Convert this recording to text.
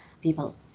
people